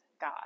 God